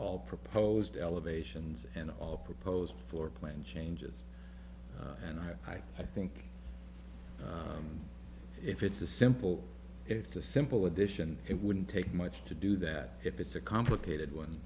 all proposed elevations and all proposed floor plan changes and i i think if it's a simple it's a simple addition it wouldn't take much to do that if it's a complicated one